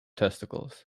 testicles